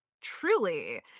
Truly